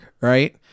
right